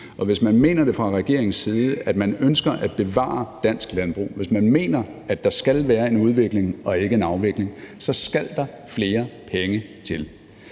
Hvis man fra regeringens side ønsker at bevare dansk landbrug, og hvis man mener, at der skal være en udvikling og ikke en afvikling, skal der flere penge til.